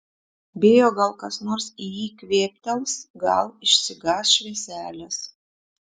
bijo gal kas nors į jį kvėptels gal išsigąs švieselės